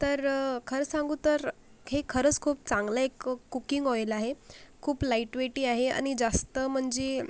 तर खरं सांगू तर हे खरंच खूप चांगलं एक कुकिंग ऑइल आहे खूप लाइट वेटही आहे आणि जास्त म्हणजे